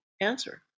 answer